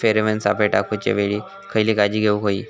Pheromone सापळे टाकूच्या वेळी खयली काळजी घेवूक व्हयी?